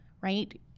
right